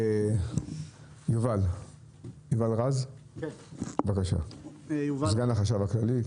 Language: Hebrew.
יובל רז, בבקשה, סגן החשב הכללי.